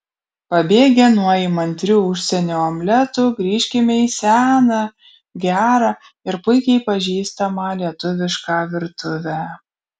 pabėgę nuo įmantrių užsienio omletų grįžkime į seną gerą ir puikiai pažįstamą lietuvišką virtuvę